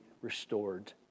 restored